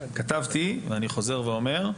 כתבתי ואני חוזר ואומר,